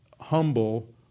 humble